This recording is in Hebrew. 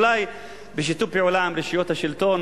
ואולי בשיתוף פעולה עם רשויות השלטון,